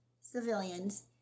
civilians